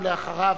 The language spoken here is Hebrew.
ולאחריו,